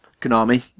Konami